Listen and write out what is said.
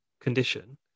condition